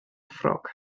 ffrog